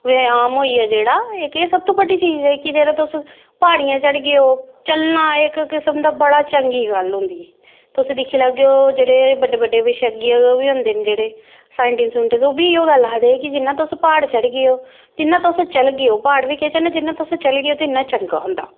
एह् आम होई गेआ जेह्ड़ा एह् इक सबतों बड्डी चीज ऐ कि जिसलै तुस प्हाड़ियां चढ़गेओ चलना इक किसम दा बड़ी चंगी गल्ल होंदी तुस दिक्खी लैगेओ जेह्ड़े बड्डे बड्डे विशेशज्ञ बी होंदे न जेह्ड़े साईंटिस्ट सूटिंस्ट ओह् बी इ'यै आखदे कि जिन्ना तुस प्हाड़ चढ़गेओ जिन्ना तुस चलगेओ प्हाड़ बी केह् चढ़ने जिन्ना तुस चलगेओ ते इन्ना चंगा होंदा